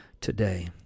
today